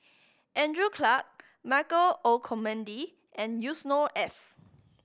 Andrew Clarke Michael Olcomendy and Yusnor Ef